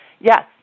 Yes